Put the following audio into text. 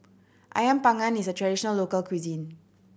Ayam Panggang is a traditional local cuisine